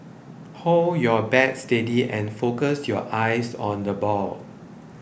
hold your bat steady and focus your eyes on the ball